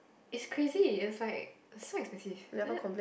it's crazy it was like so expensive then after that